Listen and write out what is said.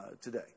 today